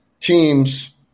teams